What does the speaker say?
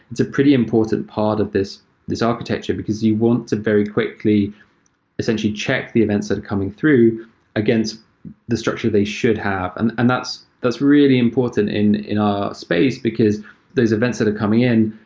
it's a pretty important part of this this architecture, because you want to very quickly essentially check the events that are coming through against the structure they should have, and and that's that's really important in in our space because those events that are coming in,